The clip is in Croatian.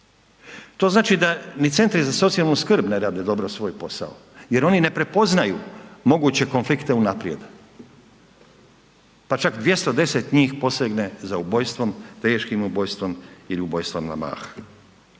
To znači da ni centri za socijalnu skrb ne rade dobro svoj posao jer oni ne prepoznaju moguće konflikte unaprijed, pa čak 210 njih posegne za ubojstvom, teškim ubojstvom ili ubojstvom na mah.